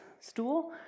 stool